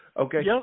okay